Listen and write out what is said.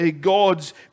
God's